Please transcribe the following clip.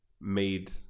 made